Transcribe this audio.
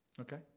Okay